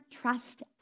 trust